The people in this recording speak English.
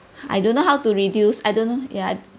I don't know how to reduce I don't know ya